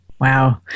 Wow